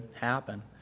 happen